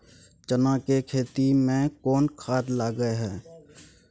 चना के खेती में कोन खाद लगे हैं?